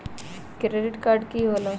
Credit card की होला?